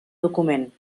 document